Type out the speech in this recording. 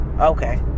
Okay